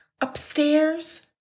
upstairs